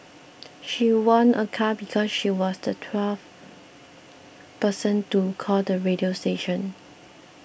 she won a car because she was the twelfth person to call the radio station